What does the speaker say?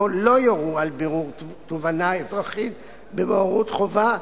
לא יורו על בירור תובענה אזרחית בבוררות חובה,